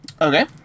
Okay